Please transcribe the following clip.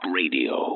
radio